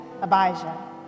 Abijah